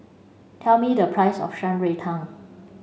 tell me the price of Shan Rui Tang